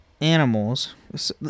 animals